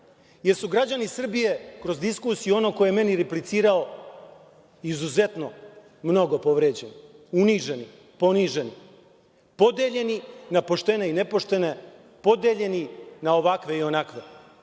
jer su građani Srbije kroz diskusiju onoga ko je meni replicirao izuzetno mnogo povređeni, uniženi, poniženi, podeljeni na poštene i nepoštene, podeljeni na ovakve i onakve. To